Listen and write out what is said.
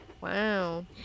Wow